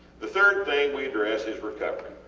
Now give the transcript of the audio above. the third thing we address is recovery.